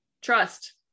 trust